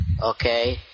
Okay